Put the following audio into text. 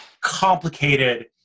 complicated